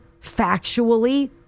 factually